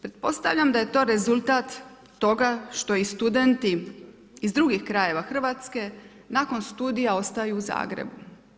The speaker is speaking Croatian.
Pretpostavljam da je to rezultat toga što i studenti iz drugih krajeva Hrvatske nakon studija ostaju u Zagrebu.